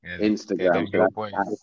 Instagram